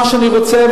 מה שאני רוצה,